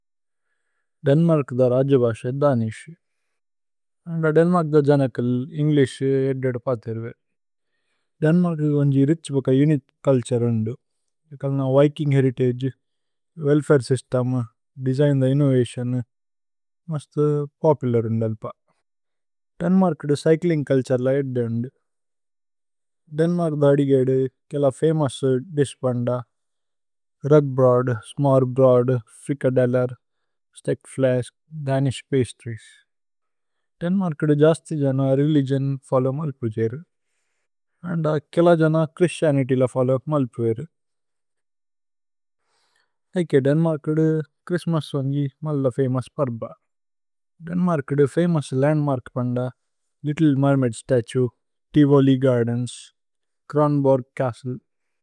ദന്മര്ക്ദ രജബശേ ദനിശ് ദന്മര്ക്ദ ജനകല് ഏന്ഗ്ലിശ് ഏദ്ദേദ് പാതിര്വേ ദന്മര്ക്ദ വോന്ജി രിഛ് ബോക ഉനിത് കല്ഛര് വോന്ദു കല്ന Viking heritage, welfare system, design ദ ഇനോവതിഓന് മസ്ത് പോപുലര് വോന്ദ് അല്പ ദന്മര്ക്ദ ച്യ്ച്ലിന്ഗ് കല്ഛര്ല ഏദ്ദേ വോന്ദു ദന്മര്ക്ദ അദിഗേദു കേല ഫമോഉസ് ദിശ്പന്ദ rugbrød, smørrebrød, frikadeller stegt flæsk, Danish pastries ദന്മര്ക്ദ ജസ്തി ജന രേലിഗിഓന് ഫോല്ലോവ് മല്പുജേരു അന്ദ കേല ജന ഛ്ഹ്രിസ്തിഅനിത്യ് ല ഫോല്ലോവ് മല്പുഏരു ഐകേ ദന്മര്ക്ദ ഛ്ഹ്രിസ്ത്മസ് വോന്ജി മല്ല ഫമോഉസ് പര്ഭ ദന്മര്ക്ദ ഫമോഉസ് ലന്ദ്മര്ക് പന്ദ ലിത്ത്ലേ Mermaid statue, Tivoli Gardens, Kronborg Castle.